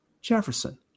Jefferson